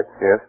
Yes